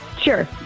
Sure